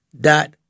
dot